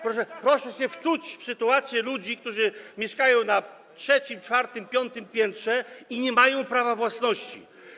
Proszę się wczuć w sytuację ludzi, którzy mieszkają na trzecim, czwartym, piątym piętrze i nie mają prawa własności.